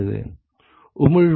மாணவர் உமிழ்வு